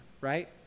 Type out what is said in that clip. right